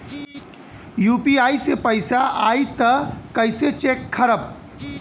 UPI से पैसा आई त कइसे चेक खरब?